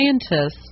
scientists